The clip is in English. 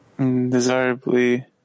desirably